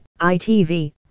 ITV